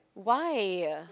why